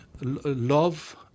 love